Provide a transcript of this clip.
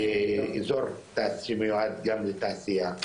מאזור שמיועד גם לתעשייה,